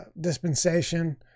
dispensation